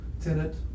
tenant